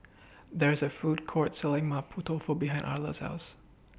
There IS A Food Court Selling Mapo Tofu behind Arla's House